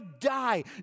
die